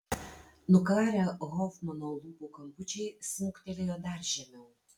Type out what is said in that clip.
nukarę hofmano lūpų kampučiai smuktelėjo dar žemiau